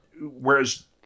whereas